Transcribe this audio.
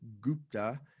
Gupta